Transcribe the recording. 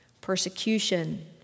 Persecution